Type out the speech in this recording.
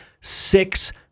six